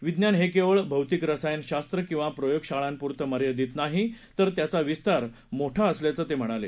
विज्ञान हे केवळ भौतिक रसायन शास्त्र किवा प्रयोगशाळांपुरतं मर्यादित नाही तर त्याचा विस्तार मोठा असल्याचं ते म्हणाले